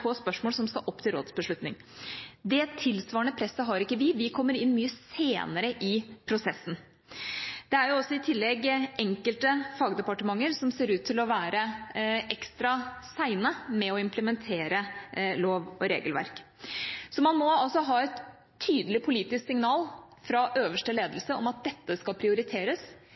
på spørsmål som skal opp til rådsbeslutning. Det tilsvarende presset har ikke vi, vi kommer inn mye senere i prosessen. Det er i tillegg enkelte fagdepartementer som ser ut til å være ekstra sene med å implementere lov- og regelverk. Man må altså ha et tydelig politisk signal fra øverste ledelse om at dette skal prioriteres,